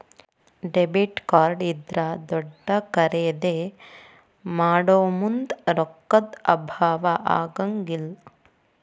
debit card ಇದ್ರಾ ದೊಡ್ದ ಖರಿದೇ ಮಾಡೊಮುಂದ್ ರೊಕ್ಕಾ ದ್ ಅಭಾವಾ ಆಗಂಗಿಲ್ಲ್